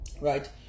Right